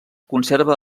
conserva